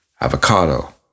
Avocado